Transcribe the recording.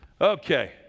Okay